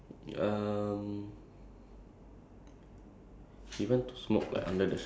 like I read something about on the news lah the this got uh there's this person